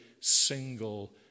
single